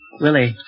Willie